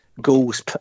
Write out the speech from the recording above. goals